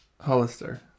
Hollister